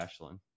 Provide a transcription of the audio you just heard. ashlyn